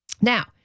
Now